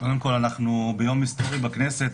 קודם כול, אנחנו ביום היסטורי בכנסת.